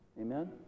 amen